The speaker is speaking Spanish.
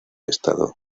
estado